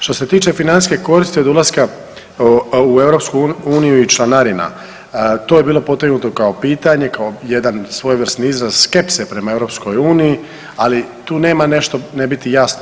Što se tiče financijske koristi od ulaska u EU i članarina, to je bilo potegnuto kao pitanja kao jedan svojevrsni izraz skepse prema EU, ali tu nema nešto ne biti jasno.